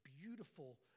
beautiful